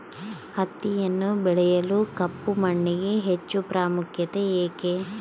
ಹತ್ತಿಯನ್ನು ಬೆಳೆಯಲು ಕಪ್ಪು ಮಣ್ಣಿಗೆ ಹೆಚ್ಚು ಪ್ರಾಮುಖ್ಯತೆ ಏಕೆ?